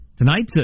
Tonight's